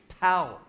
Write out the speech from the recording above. power